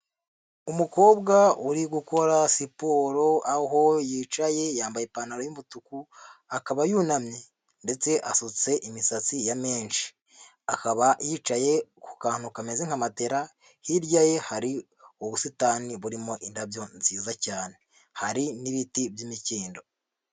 Umukobwa uri gukora siporo, aho yicaye, yambaye ipantaro y'umutuku, akaba yunamye ndetse asutse imisatsi ya menshi. Akaba yicaye ku kantu kameze nka matera, hirya ye hari ubusitani burimo indabyo nziza cyane, hari n'ibiti by'imikindo.